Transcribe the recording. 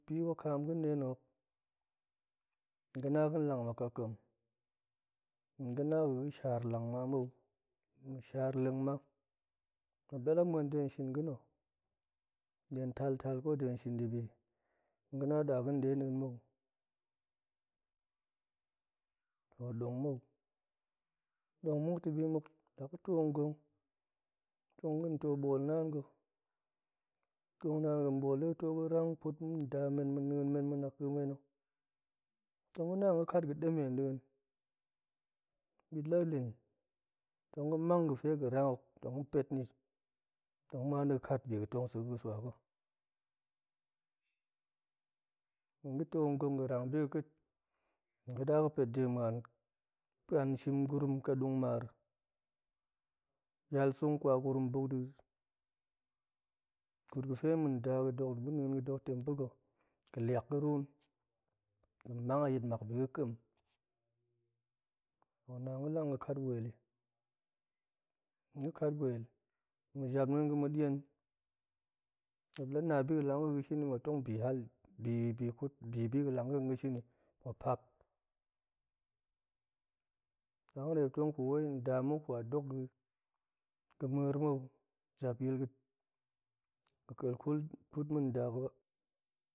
Bi wakam ga̱deni hok ga̱na ga̱ lang mak a ƙam, ga̱na ga̱ga̱ ga̱shar lang ma mou ma̱shar leng ma ma̱p dala muan de ga̱ shin ga̱na̱ ko dega̱ shin debi ga̱na daga̱ dadin mou to dong mou dong muk to bi muk la ga̱ to gong tong ga̱ to ɓool naan ga̱ kong naan ga̱ ɓool dega̱ to ga̱ too ga̱ rang kwut ma̱ nda men, ma̱ nien men, dema̱ na ƙa̱a̱ menok tong ga̱na ga̱ kat ga̱ demen din bit la lin tong ga̱ mang ga̱fe ga̱ rang hok ga̱ pet ni tong ga̱ muan dega̱ kat bi tong sa̱ ga̱ dega̱ swa ga̱, ga̱ to gong ga̱ rang bi ga̱ ƙa̱t tong ga̱ daa ga̱pet de muan pa̱n shem gurum ka dongmar yal songkwa gurun buk da̱ kut ga̱fe ma̱ nda ga̱ de ma̱ nien ga̱ dok tem pa̱ga̱ ga̱ liak ga̱ run ga̱mang a yitmak bi ga̱ ƙam to ga̱na ga̱lang ga̱kat weli ga̱ kat wel ma̱ jap nien ga̱ dien ma̱p la na biga̱lang ga̱ tong ga̱ shini ma̱p tong bi hali bi ƙut, bi bi ga̱lang ga̱ ga̱ shini gu pap la ga̱ de ma̱p tong kut nda ma̱p nkwa dok ga̱ mou jap yil ƙal kut ma̱ nda ga̱ ba